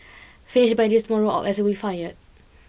finish by tomorrow or else we fired